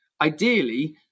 Ideally